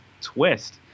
twist